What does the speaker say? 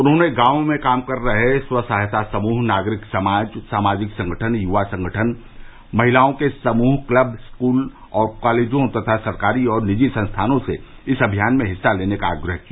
उन्होंने गांवों में काम कर रहे स्वसहायता समूह नागरिक समाज सामाजिक संगठन युवा संगठन महिलाओं के समूह क्लब स्कूल और कॉलेजों तथा सरकारी और निजी संस्थानों से इस अमियान में हिस्सा लेने का आग्रह किया